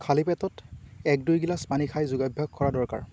খালী পেটত এক দুই গিলাছ পানী খাই যোগাভ্যাস কৰা দৰকাৰ